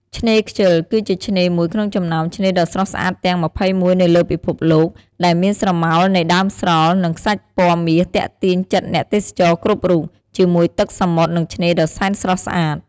ឆ្នេរខ្ជិល គឺជាឆ្នេរមួយក្នុងចំណោមឆ្នេរដ៏ស្រស់ស្អាតទាំង២១នៅលើពិភពលោក ដែលមានស្រមោលនៃដើមស្រល់ និងខ្សាច់ពណ៌មាសទាក់ទាញចិត្តអ្នកទេសចរគ្រប់រូប ជាមួយទឹកសមុទ្រនិងឆ្នេរដ៏សែនស្រស់ស្អាត។